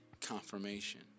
confirmation